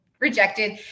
rejected